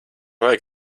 vajag